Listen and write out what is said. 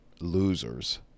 losers